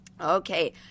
Okay